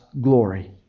glory